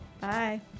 Bye